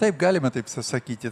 taip galime taip sakyti